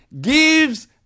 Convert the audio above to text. gives